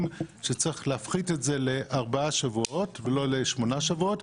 שצריך להפחית את התקופה ל-4 שבועות ולא ל-8 שבועות